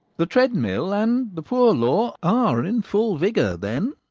the treadmill and the poor law are in full vigour, then?